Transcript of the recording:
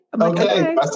okay